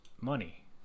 money